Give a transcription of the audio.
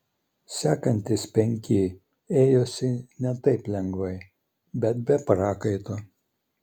sekantys penki ėjosi ne taip lengvai bet be prakaito